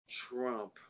Trump